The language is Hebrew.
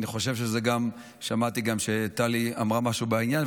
ואני חושב ששמעתי שגם טלי אמרה משהו בעניין,